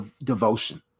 devotion